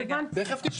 לא הבנתי.